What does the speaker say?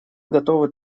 готовы